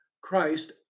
Christ